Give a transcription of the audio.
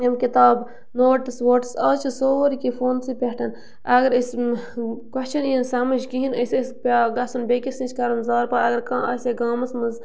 یِم کِتابہٕ نوٹٕس ووٹٕس آز چھِ سورُے کیٚنٛہہ فونسٕے پٮ۪ٹھ اگر أسۍ کوچھَن یی نہٕ سَمٕجھ کِہیٖنۍ أسۍ ٲسۍ پٮ۪وان گژھُن بیٚکِس نِش کَرُن زارٕپار اگر کانٛہہ آسہِ ہے گامَس منٛز